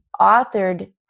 authored